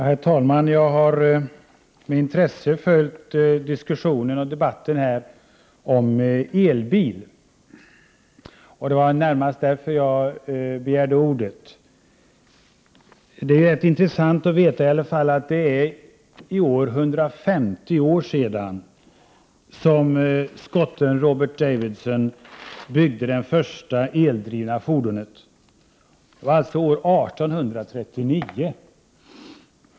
Herr talman! Jag har med intresse följt debatten om elbilar. Det var närmast därför jag begärde ordet. Det kan vara intressant att i alla fall veta att det i år är 150 år sedan skotten Robert Davidson byggde det första eldrivna fordonet. Det var således år 1839.